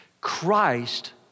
Christ